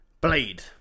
blade